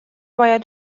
باید